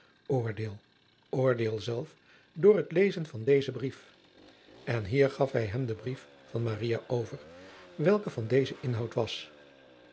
oordeel oordeel zelf door het lezen van dezen brief en hier gaf hij hem den brief van maria over welke van dezen inhoud was